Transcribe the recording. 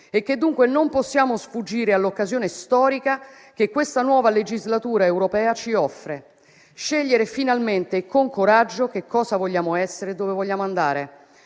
e che dunque non possiamo sfuggire all'occasione storica che questa nuova legislatura europea ci offre: scegliere finalmente e con coraggio che cosa vogliamo essere e dove vogliamo andare.